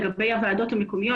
לגבי הוועדות המקומיות,